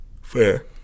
Fair